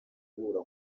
guhura